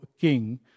King